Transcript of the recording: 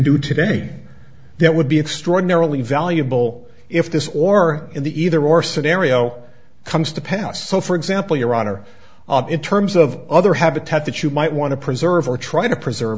do today that would be extraordinarily valuable if this or in the either or scenario comes to pass so for example your honor in terms of other habitat that you might want to preserve or try to preserve